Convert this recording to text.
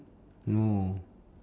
no